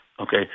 okay